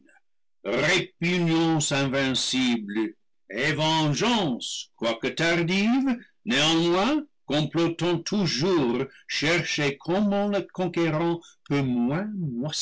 invincible et vengeance quoique tardive néanmoins complotant toujours chercher comment le conquérant peut